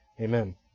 Amen